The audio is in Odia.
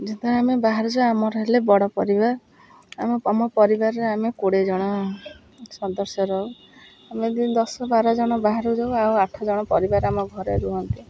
ଯେତେବେଳେ ଆମେ ବାହାରୁଛୁ ଆମର ହେଲେ ବଡ଼ ପରିବାର ଆମ ଆମ ପରିବାରରେ ଆମେ କୋଡ଼ିଏ ଜଣ ସଦସ୍ୟ ରହୁ ଆମେ ଦି ଦଶ ବାର ଜଣ ବାହାରକୁ ଯାଉ ଆଉ ଆଠ ଜଣ ପରିବାର ଆମ ଘରେ ରୁହନ୍ତି